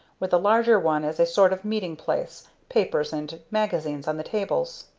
with the larger one as a sort of meeting place papers and magazines on the tables.